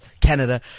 Canada